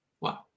Wow